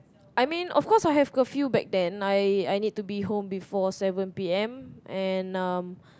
I mean of course I have curfew back then I I need to be home before seven p_m and um